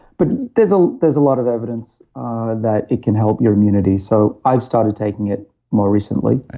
but there's ah there's a lot of evidence that it can help your immunity. so i've started taking it more recently right.